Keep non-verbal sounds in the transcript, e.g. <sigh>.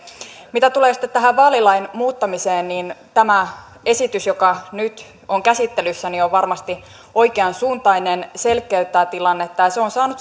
mitä sitten tulee tähän vaalilain muuttamiseen niin tämä esitys joka nyt on käsittelyssä on varmasti oikeansuuntainen selkeyttää tilannetta ja se on saanut <unintelligible>